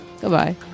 Goodbye